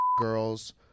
girls